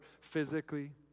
physically